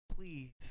Please